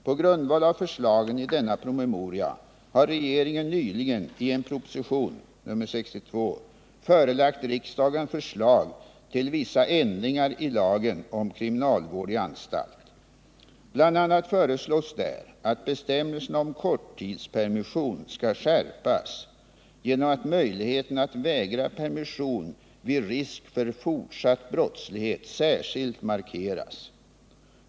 På grundval av förslagen i denna promemoria har regeringen nyligen i en proposition förelagt riksdagen förslag till vissa ändringar i lagen om kriminalvård i anstalt. Bl. a. föreslås där att bestämmelserna om korttidspermission skall skärpas genom att möjligheten att vägra permission vid risk för fortsatt brottslighet särskilt markeras.